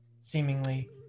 seemingly